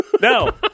No